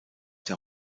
der